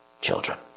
children